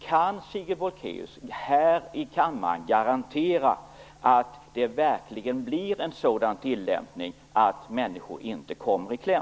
Kan Sigrid Bolkéus här i kammaren garantera att det verkligen blir en sådan tillämpning att människor inte kommer i kläm?